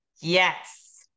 Yes